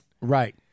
Right